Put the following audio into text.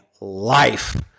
life